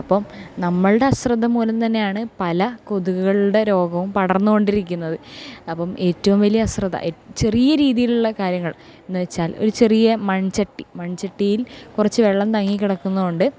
അപ്പം നമ്മളുടെ അശ്രദ്ധ മൂലം തന്നെയാണ് പല കൊതുകളുടെ രോഗവും പടർന്ന് കൊണ്ടിരിക്കുന്നത് അപ്പം ഏറ്റവും വലിയ അശ്രദ്ധ ചെറിയ രീതിയിലുള്ള കാര്യങ്ങൾ എന്ന് വച്ചാൽ ഒരു ചെറിയ മൺചട്ടി മൺചട്ടിയിൽ കുറച്ച് വെള്ളം തങ്ങിക്കിടക്കുന്നത് കൊണ്ട്